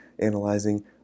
analyzing